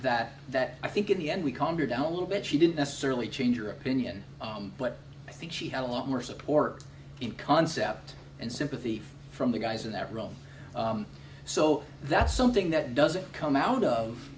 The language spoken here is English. that that i think in the end we calmed her down a little bit she didn't necessarily change your opinion but i think she had a lot more support in concept and sympathy from the guys in that room so that's something that doesn't come out of